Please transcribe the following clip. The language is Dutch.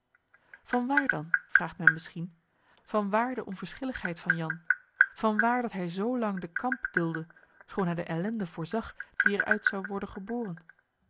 waar dan vraagt men misschien van waar de onverschilligheid van jan van waar dat hij zoo lang den kamp duldde schoon hij de ellende voorzag die er uit zou worden geboren